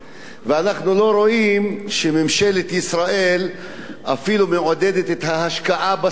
ואנחנו לא רואים שממשלת ישראל אפילו מעודדת את ההשקעה בספורט.